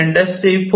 industry 4